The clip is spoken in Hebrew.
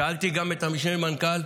שאלתי את המשנה למנכ"ל,